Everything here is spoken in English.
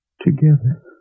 together